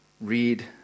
read